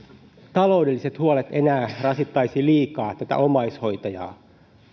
taloudelliset huolet eivät enää rasittaisi liikaa omaishoitajaa